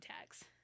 tags